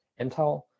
Intel